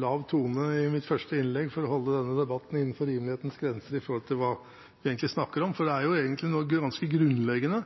lav tone i mitt første innlegg for å holde denne debatten innenfor rimelighetens grenser i forhold til hva vi egentlig snakker om, for det er egentlig noe ganske grunnleggende.